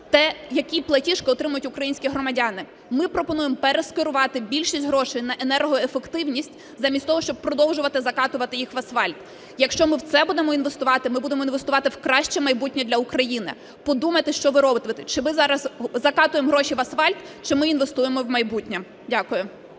те, які платіжки отримають українські громадяни. Ми пропонуємо перескерувати більшість грошей на енергоефективність замість того, щоб продовжувати закатувати їх в асфальт. Якщо ми в це будемо інвестувати, ми будемо інвестувати в краще майбутнє для України. Подумайте, що ми робимо: чи ми зараз закатуємо гроші в асфальт, чи ми інвестуємо в майбутнє. Дякую.